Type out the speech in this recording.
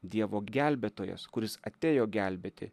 dievo gelbėtojas kuris atėjo gelbėti